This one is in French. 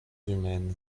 humaines